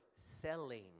selling